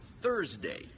thursday